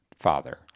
Father